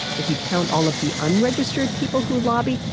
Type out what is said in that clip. if you counted all of the unregistered people who lobby,